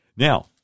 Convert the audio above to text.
Now